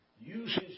uses